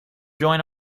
join